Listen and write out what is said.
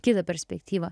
kitą perspektyvą